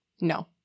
No